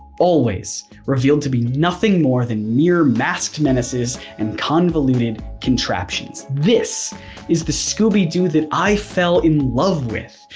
always revealed to be nothing more than mere masked menaces and convoluted contraptions. this is the scooby-doo that i fell in love with,